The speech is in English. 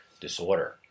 disorder